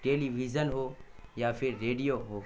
ٹیلی vision ہو یا پھر ریڈیو ہو